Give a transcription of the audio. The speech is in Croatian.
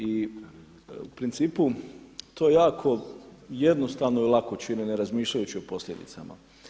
I u principu to jako i jednostavno i lako čine ne razmišljajući o posljedicama.